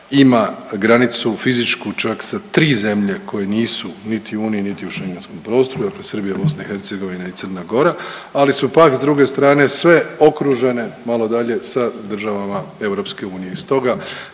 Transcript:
ima granicu, fizičku čak sa 3 zemlje koje nisu niti u Uniji niti u šengenskom prostoru, dakle Srbija, BiH i Crna Gora, ali su pak s druge strane sve okružene malo dalje sa državama EU. Stoga